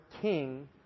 king